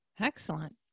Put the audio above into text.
Excellent